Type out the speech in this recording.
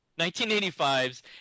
1985's